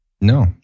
no